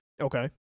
Okay